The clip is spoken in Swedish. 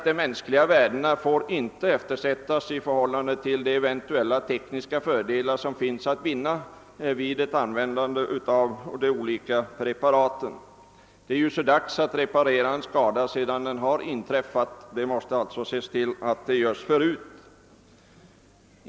De mänskliga värdena får inte eftersättas i förhållande till de eventuella tekniska fördelar som finns att vinna vid användandet av olika preparat. Det är så dags när skadan har inträffat — man måste ingripa redan i förväg.